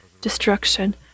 destruction